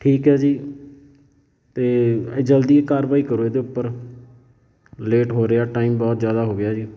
ਠੀਕ ਹੈ ਜੀ ਅਤੇ ਜਲਦੀ ਕਾਰਵਾਈ ਕਰੋ ਇਹਦੇ ਉੱਪਰ ਲੇਟ ਹੋ ਰਿਹਾ ਟਾਈਮ ਬਹੁਤ ਜ਼ਿਆਦਾ ਹੋ ਗਿਆ ਜੀ